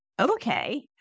okay